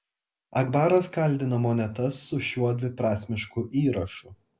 akbaras kaldino monetas su šiuo dviprasmišku įrašu